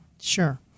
Sure